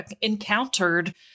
encountered